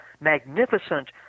magnificent